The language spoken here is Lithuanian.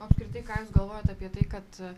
apskritai ką jūs galvojat apie tai kad